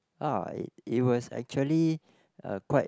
ah it it was actually a quite